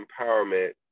Empowerment